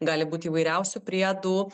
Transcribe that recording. gali būti įvairiausių priedų